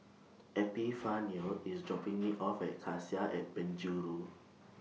Epifanio IS dropping Me off At Cassia At Penjuru